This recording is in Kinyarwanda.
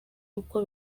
uko